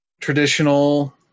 traditional